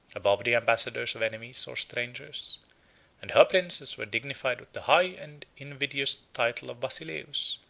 above the ambassadors of enemies or strangers and her princes were dignified with the high and invidious title of basileus,